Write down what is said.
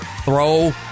throw